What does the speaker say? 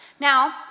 Now